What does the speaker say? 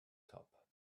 top